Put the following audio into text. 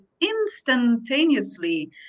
instantaneously